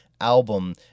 album